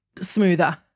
smoother